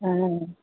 आयँ